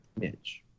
Mitch